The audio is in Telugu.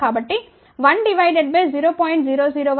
కాబట్టి 1 డివైడెడ్ బై 0